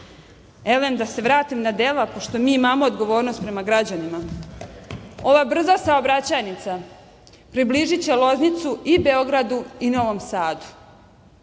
EU.Da se vratim na dela, pošto mi imamo odgovornost prema građanima. Ova brza saobraćajnica približiće Loznicu i Beogradu i Novom Sadu. Pre